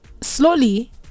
slowly